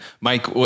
Mike